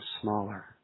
smaller